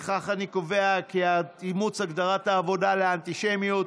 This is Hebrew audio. לפיכך אני קובע כי אימוץ הגדרת העבודה לאנטישמיות